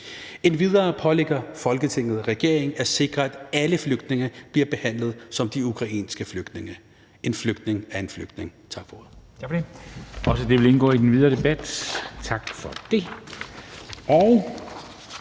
Endvidere pålægger Folketinget regeringen at sikre, at alle flygtninge bliver behandlet som de ukrainske flygtninge. En flygtning er en flygtning.« (Forslag